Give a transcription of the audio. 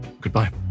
Goodbye